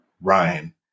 Ryan